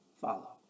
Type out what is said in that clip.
follow